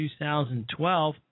2012